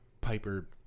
Piper